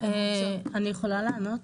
אני יכולה לענות?